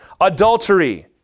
Adultery